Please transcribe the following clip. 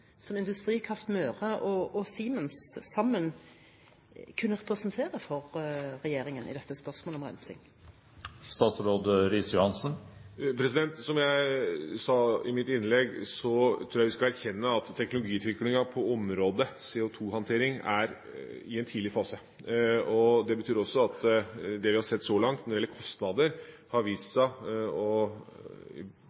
som Industrikraft Møre og Siemens sammen kunne presentere for regjeringen i spørsmålet om rensing? Som jeg sa i mitt innlegg, tror jeg vi skal erkjenne at teknologiutviklingen på området CO2-håndtering er i en tidlig fase. Det betyr også at det vi har sett så langt når det gjelder kostnader, har det vist